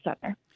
Center